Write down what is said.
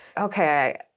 Okay